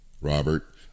Robert